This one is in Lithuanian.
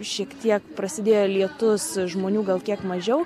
šiek tiek prasidėjo lietus žmonių gal kiek mažiau